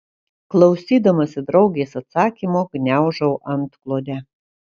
klausydamasi draugės atsakymo gniaužau antklodę